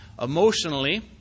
Emotionally